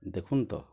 ଦେଖୁନ୍ ତ